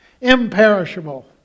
Imperishable